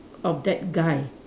of that guy